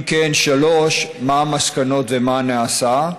3. אם כן, מה המסקנות ומה נעשה?